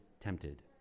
tempted